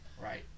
Right